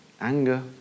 anger